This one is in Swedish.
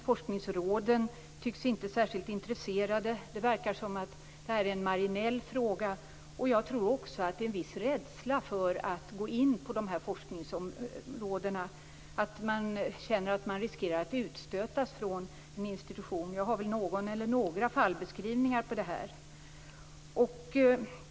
Forskningsråden tycks inte vara särskilt intresserade. Det verkar som att det här är en marginell fråga. Jag tror också att det finns en viss rädsla för att gå in på de här forskningsområdena. Man känner att man riskerar att stötas ut från en institution. Jag har någon eller några fallbeskrivningar som tyder på detta.